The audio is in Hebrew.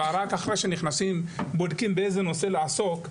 ורק אחרי שנכנסים בודקים באיזה נושא לעסוק,